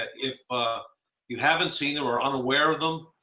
ah if ah you haven't seen it or unaware of them,